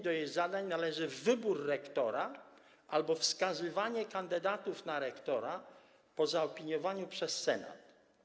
Do jej zadań należy m.in. wybór rektora albo wskazywanie kandydatów na rektora po zaopiniowaniu przez senat.